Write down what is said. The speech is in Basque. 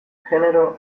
genero